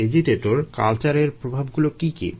agitator কালচারে এর প্রভাবগুলো কী কী